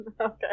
Okay